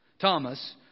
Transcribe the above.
Thomas